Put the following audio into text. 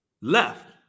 left